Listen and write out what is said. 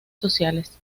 sociales